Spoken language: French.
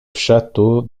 château